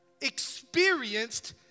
experienced